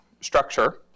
structure